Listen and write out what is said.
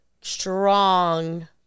strong